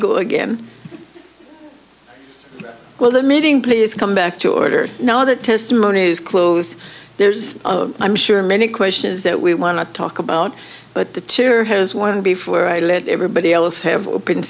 go again well the meeting please come back to order now that testimony is closed there's i'm sure many questions that we want to talk about but the tear has one before i let everybody else have open